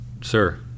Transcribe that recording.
sir